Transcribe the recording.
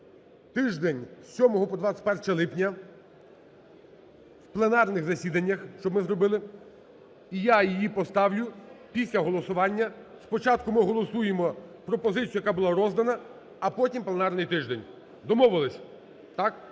тиждень з 7 по 21 липня в пленарних засіданнях, щоб ми зробили, і я її поставлю після голосування. Спочатку ми голосуємо пропозицію, яка була роздана, а потім – пленарний тиждень. Домовились, так?